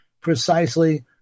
precisely